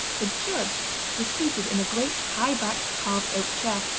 the judge was seated in a great high-backed carved oak chair,